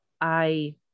I-